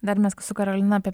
dar mes su karolina apie